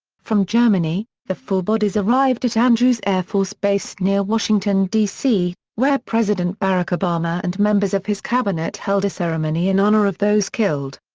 from germany, the four bodies arrived at andrews air force base near washington, d c, where president barack obama and members of his cabinet held a ceremony in honor of those killed.